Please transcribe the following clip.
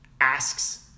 asks